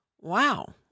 wow